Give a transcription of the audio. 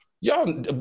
Y'all